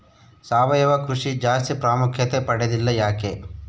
ಸಾವಯವ ಕೃಷಿ ಜಾಸ್ತಿ ಪ್ರಾಮುಖ್ಯತೆ ಪಡೆದಿಲ್ಲ ಯಾಕೆ?